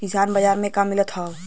किसान बाजार मे का मिलत हव?